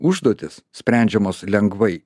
užduotys sprendžiamos lengvai